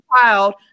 child